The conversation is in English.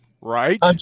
Right